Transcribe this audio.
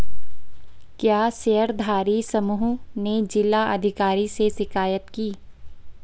क्या शेयरधारी समूह ने जिला अधिकारी से शिकायत की?